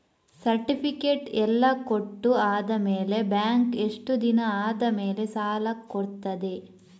Certificate ಎಲ್ಲಾ ಕೊಟ್ಟು ಆದಮೇಲೆ ಬ್ಯಾಂಕ್ ಎಷ್ಟು ದಿನ ಆದಮೇಲೆ ಸಾಲ ಕೊಡ್ತದೆ?